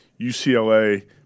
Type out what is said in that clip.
UCLA